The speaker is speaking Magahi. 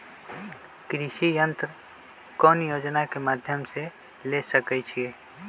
कृषि यंत्र कौन योजना के माध्यम से ले सकैछिए?